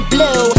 Blue